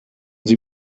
sie